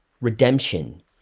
Redemption